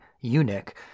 eunuch